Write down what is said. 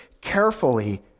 carefully